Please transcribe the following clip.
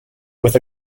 with